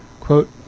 Quote